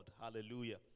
Hallelujah